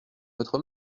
votre